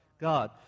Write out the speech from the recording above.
god